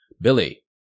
Billy